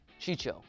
Chicho